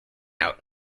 out